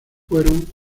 fueron